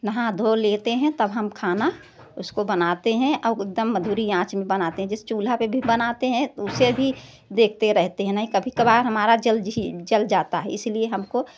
नहा धो लेते हैं तब हम खाना उसको बनाते हैं आउ एकदम मधुरी आँच में हम बनाते हैं जिस चूल्हा पर भी बनाते हैं उसे भी देखते रहते हैं नही कभी कभार हमार जल जी जल जाता है इसलिए हमको